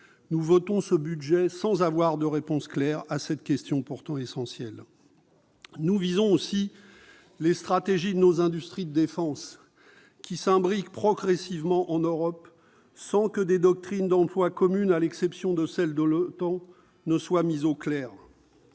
allons voter ce budget sans disposer de réponses claires à cette question pourtant essentielle. Nous visons aussi les stratégies de nos industries de défense, qui s'imbriquent progressivement en Europe, sans que des doctrines d'emploi communes, à l'exception de celles de l'OTAN, ne soient mises au clair.